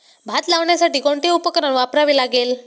भात लावण्यासाठी कोणते उपकरण वापरावे लागेल?